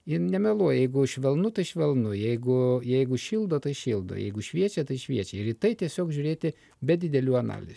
jin nemeluoja jeigu švelnu tai švelnu jeigu jeigu šildo tai šildo jeigu šviečia tai šviečia ir į tai tiesiog žiūrėti be didelių analizių